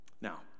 Now